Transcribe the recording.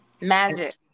Magic